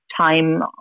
time